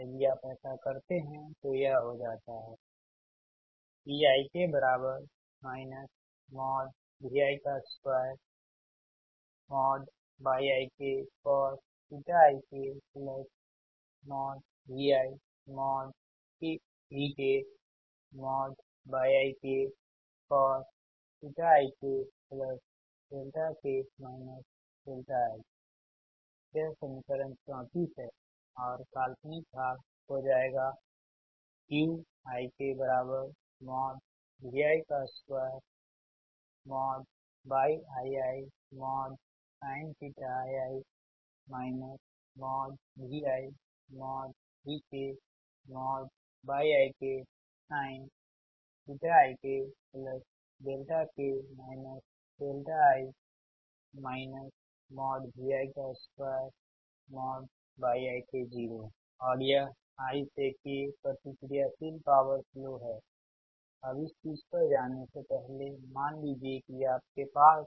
यदि आप ऐसा करते है तो यह हो जाता है Pik Vi2YikcosikViVkYikcosikk i यह समीकरण 34 है और काल्पनिक भाग हो जाएगा और यह i से k प्रतिक्रियाशील पॉवर फ्लो है अब इस चीज पर जाने से पहले मान लीजिए कि आपके पास